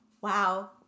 wow